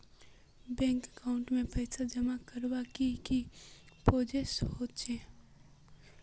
Bank account में पैसा जमा करवार की की प्रोसेस होचे?